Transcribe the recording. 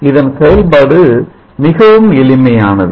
இதன் செயல்பாடு மிகவும் எளிமையானது